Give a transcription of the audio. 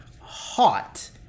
hot